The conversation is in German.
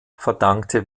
verdankte